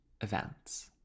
events